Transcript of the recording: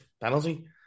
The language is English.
penalty